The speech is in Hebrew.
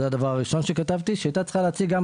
והדבר הראשון שכתבתי היה שהיא צריכה להציג גם